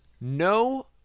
No